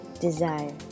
desire